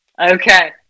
okay